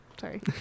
Sorry